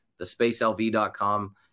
thespacelv.com